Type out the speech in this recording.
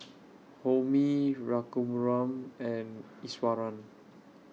Homi Raghuram and Iswaran